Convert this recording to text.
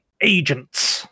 agents